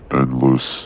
endless